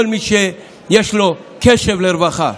כל מי שיש לו קשב לרווחה